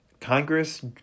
Congress